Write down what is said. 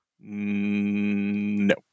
No